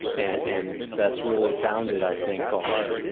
and that's really founded, i think on